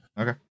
Okay